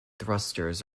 thrusters